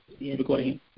Recording